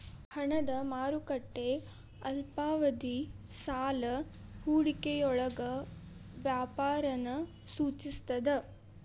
ಹಣದ ಮಾರುಕಟ್ಟೆ ಅಲ್ಪಾವಧಿ ಸಾಲ ಹೂಡಿಕೆಯೊಳಗ ವ್ಯಾಪಾರನ ಸೂಚಿಸ್ತದ